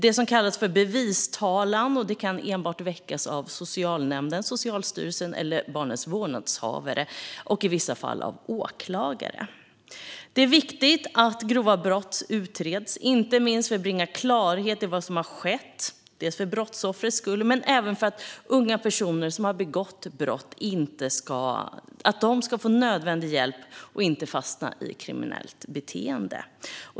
Detta kallas för bevistalan, och den kan enbart väckas av socialnämnden, socialstyrelsen eller barnets vårdnadshavare och i vissa fall av åklagare. Det är viktigt att grova brott utreds, inte minst för att bringa klarhet i vad som har skett, för brottsoffrets skull men även för att unga personer som har begått brott ska få nödvändig hjälp och inte fastna i kriminellt beteende.